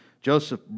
Joseph